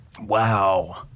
Wow